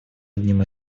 одним